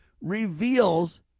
reveals